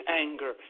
anger